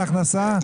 הכנסה.